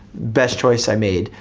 best choice i made.